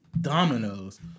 Dominoes